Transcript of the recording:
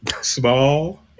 Small